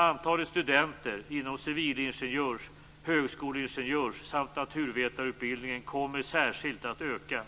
Antalet studenter inom civilingenjörs-, högskoleingenjörs samt naturvetarutbildningen kommer särskilt att öka.